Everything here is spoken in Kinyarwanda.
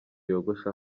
yogosha